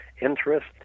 interest